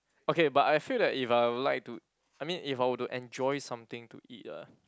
okay but I feel that if I will like to I mean if I were to enjoy something to eat ah